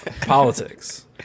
politics